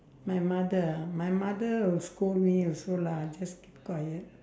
my mother ah my mother will scold me also lah just keep quiet